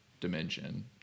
Dimension